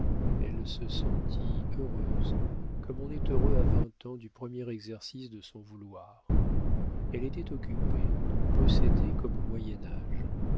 elle se sentit heureuse comme on est heureux à vingt ans du premier exercice de son vouloir elle était occupée possédée comme au